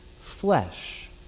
flesh